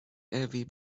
every